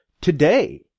today